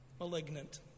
malignant